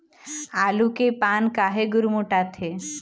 आलू के पान काहे गुरमुटाथे?